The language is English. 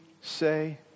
say